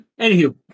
Anywho